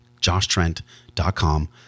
JoshTrent.com